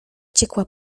ciekła